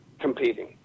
competing